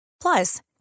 Plus